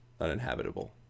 uninhabitable